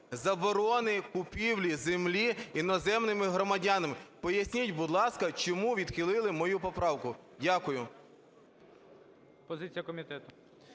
заборони купівлі землі іноземними громадянами. Поясніть, будь ласка, чому відхили мою поправку. Дякую.